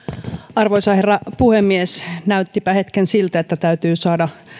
arvoisa herra puhemies näyttipä hetken siltä että täytyy saada